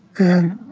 and